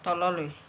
তললৈ